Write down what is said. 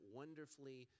wonderfully